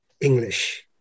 English